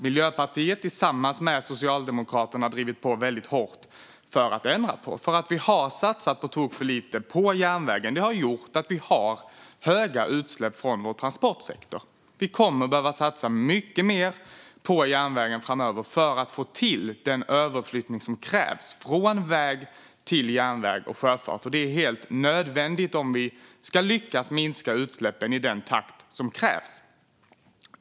Miljöpartiet har tillsammans med Socialdemokraterna drivit på väldigt hårt för att ändra på detta. Att det har satsats på tok för lite på järnvägen har gjort att transportsektorn har höga utsläpp. Vi kommer att behöva satsa mycket mer på järnvägen framöver för att få till den överflyttning från väg till järnväg och sjöfart som krävs. Det är helt nödvändigt om vi ska lyckas minska utsläppen i den takt som krävs.